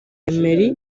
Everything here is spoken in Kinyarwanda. emery